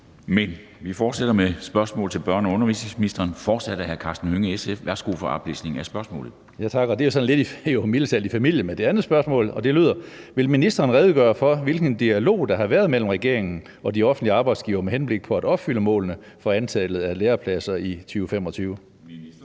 Men vi fortsætter med spørgsmål til børne- og undervisningsministeren, og de er fortsat af hr. Karsten Hønge, SF. Kl. 13:51 Spm. nr. S 666 8) Til børne- og undervisningsministeren af: Karsten Hønge (SF): Vil ministeren redegøre for, hvilken dialog der har været mellem regeringen og de offentlige arbejdsgivere med henblik på at opfylde målene for antallet af lærepladser i 2025?